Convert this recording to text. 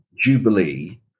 Jubilee